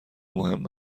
مهم